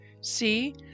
See